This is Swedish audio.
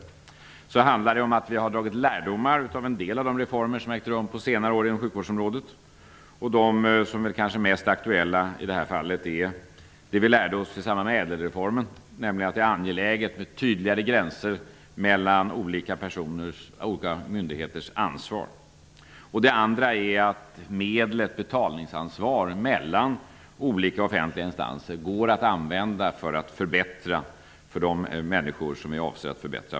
Bakom förbättringarna ligger lärdomar som vi dragit av en del av de reformer som genomförts under senare år på sjukvårdsområdet. En av de mest aktuella av dessa är ÄDEL reformen, som lärde oss att det är angeläget med tydligare gränser mellan olika personers och myndigheters ansvar. En annan lärdom är att ett betalningsansvar mellan olika offentliga instanser går att använda som ett medel för att förbättra för de människor som det här gäller.